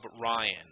Ryan